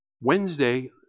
Wednesday